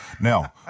Now